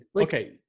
Okay